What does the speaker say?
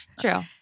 True